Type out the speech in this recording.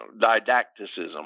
didacticism